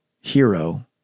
hero